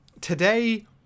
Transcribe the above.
today